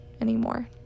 anymore